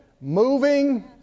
Moving